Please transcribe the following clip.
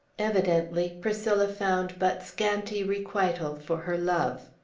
evidently, priscilla found but scanty requital for her love.